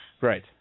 Right